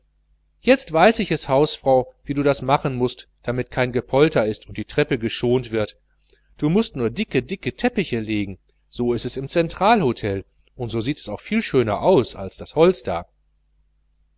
jetzt weiß ich es hausfrau wie du das machen mußt damit kein gepolter ist und die treppe geschont wird du mußt nur dicke dicke teppiche legen so ist es im zentralhotel und es sieht auch viel schöner aus als das holz da